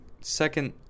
second